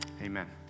amen